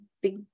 big